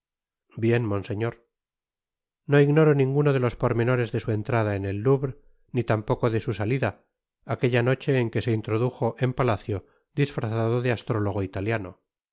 bien monseñor no ignoro ninguno de los pormenores de su entrad a en el louvre ni tampoco de su salida aquella noche en que se introdujo en palacio disfrazado de astrólogo italiano